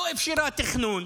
לא אפשרה תכנון.